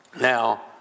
now